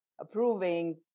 approving